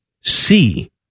C-